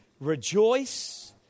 rejoice